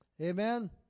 Amen